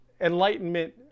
enlightenment